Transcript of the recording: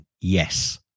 yes